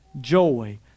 joy